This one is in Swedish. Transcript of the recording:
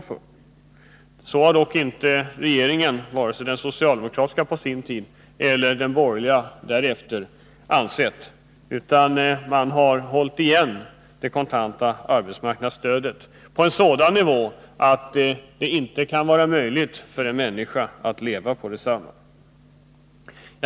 Så har dock inte regeringen — vare sig den socialdemokratiska på sin tid eller den borgerliga därefter — ansett, utan man har hållit det kontanta arbetsmarknadsstödet nere på en sådan nivå att det inte kan vara möjligt för en människa att leva på det.